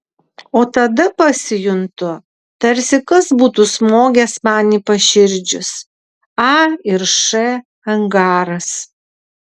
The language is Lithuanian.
o tada pasijuntu tarsi kas būtų smogęs man į paširdžius a ir š angaras